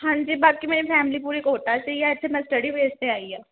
ਹਾਂਜੀ ਬਾਕੀ ਮੇਰੀ ਫੈਮਲੀ ਪੂਰੀ ਕੋਟਾ 'ਚ ਹੀ ਹੈ ਮੈਂ ਇੱਥੇ ਮੈਂ ਸਟਡੀ ਬੇਸ 'ਤੇ ਆਈ ਹਾਂ